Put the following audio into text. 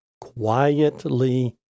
quietly